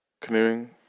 Canoeing